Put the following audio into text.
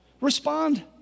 Respond